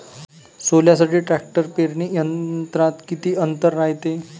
सोल्यासाठी ट्रॅक्टर पेरणी यंत्रात किती अंतर रायते?